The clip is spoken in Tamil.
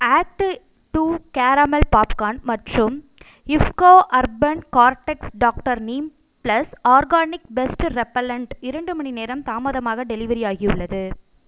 ஆக்ட்டு டூ கேரமெல் பாப்கார்ன் மற்றும் இஃப்கோ அர்பன் கார்டக்ஸ் doctor neem plus organic pest repellent இரண்டு மணிநேரம் தாமதமாக டெலிவரி ஆகியுள்ளது